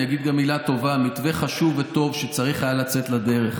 אגיד גם מילה טובה: מתווה חשוב וטוב שצריך היה לצאת לדרך.